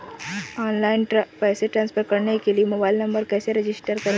Online पैसे transfer करने के लिए मोबाइल नंबर कैसे रजिस्टर करें?